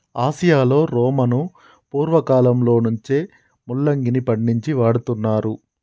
ఆసియాలో రోమను పూర్వకాలంలో నుంచే ముల్లంగిని పండించి వాడుతున్నారు